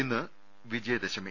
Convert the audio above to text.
ഇന്ന് വിജയദശമി